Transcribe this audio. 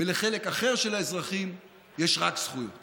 ולחלק אחר של האזרחים יש רק זכויות